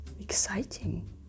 Exciting